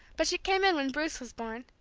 but she came in when bruce was born.